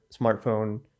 smartphone